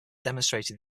demonstrated